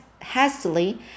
hastily